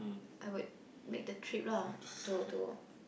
I would make the trip lah to to